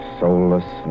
soulless